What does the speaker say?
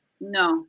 No